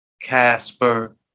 Casper